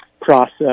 process